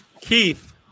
Keith